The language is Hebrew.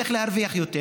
ואיך להרוויח יותר.